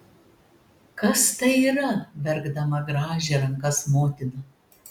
kas tai yra verkdama grąžė rankas motina